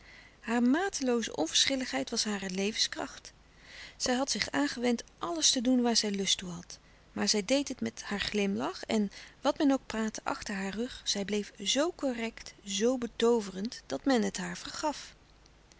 hare matelooze onverschilligheid was hare levenskracht zij had zich aangewend alles te doen waar zij lust toe had maar zij deed het met haar glimlach en wat men ook praatte achter haar rug zij bleef zo correct zoo betooverend dat men het haar vergaf